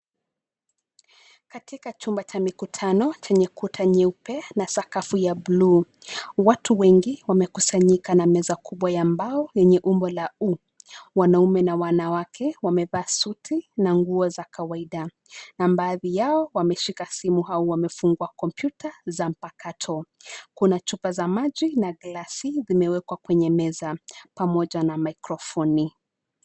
Katika chumba cha mikutano chenye kuta nyeupe na sakafu ya buluu. Watu wengi wamekusanyika na meza kubwa ya mbao yenye umbo wa U. Wanaume na wanawake wamevaa suti na nguo za kawaida na baadhi yao wameshika simu au wamefungua kompyuta za mpakato. Kuna chupa za maji na glasi zimewekwa kwenye meza pamoja na maikrofoni.